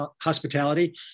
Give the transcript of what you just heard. hospitality